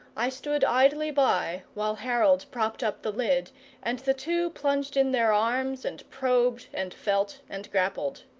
i stood idly by while harold propped up the lid and the two plunged in their arms and probed and felt and grappled.